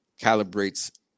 calibrates